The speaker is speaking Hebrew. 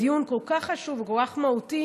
בדיון כל כך חשוב וכל כך משמעותי,